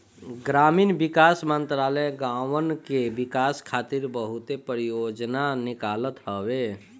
ग्रामीण विकास मंत्रालय गांवन के विकास खातिर बहुते परियोजना निकालत हवे